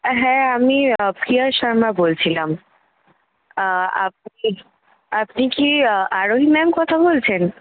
হ্যাঁ আমি ফিয়া শর্মা বলছিলাম আপনি আপনি কি আরোহী ম্যাম কথা বলছেন